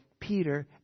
Peter